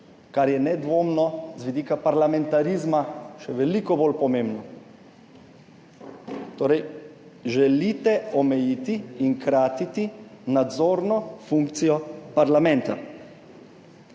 kar je nedvomno z vidika parlamentarizma še veliko bolj pomembno. Torej želite omejiti in kratiti nadzorno funkcijo parlamenta.